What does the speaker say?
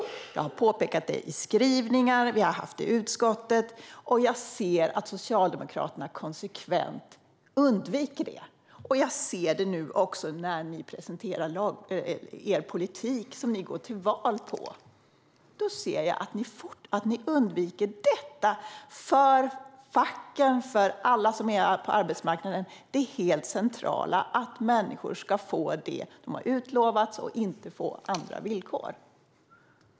Jag har påpekat detta i skrivningar, och vi har haft det uppe i utskottet. Men jag ser att Socialdemokraterna konsekvent undviker det. Jag ser det nu också när ni presenterar er politik som ni går till val på. Ni undviker det som är helt centralt för facken och för alla som är på arbetsmarknaden: att människor ska få det som de har utlovats, inte andra villkor.